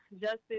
justice